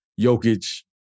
Jokic